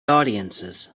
audiences